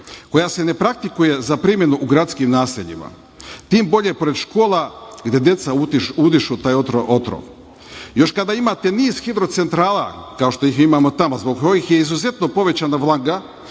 koja se ne praktikuje za primenu u gradskim naseljima, tim bolje pored škola gde deca udišu taj otrov. Još kada imate niz hidrocentrala, kao što ih imamo tamo, zbog kojih je izuzetno povećana vlaga,